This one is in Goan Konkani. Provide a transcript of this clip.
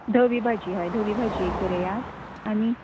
धवी भाजी हय धवी भाजी एक बरयात आनी